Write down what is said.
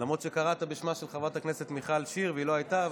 למרות שקראת בשמה של חברת הכנסת מיכל שיר והיא לא הייתה,